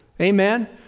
Amen